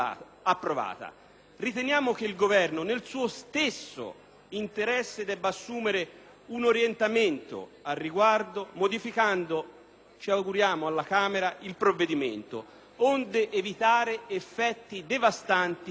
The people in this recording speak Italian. Riteniamo che il Governo, nel suo stesso interesse, debba assumere un orientamento al riguardo, modificando – ci auguriamo – alla Camera il provvedimento, onde evitare effetti devastanti anche alla luce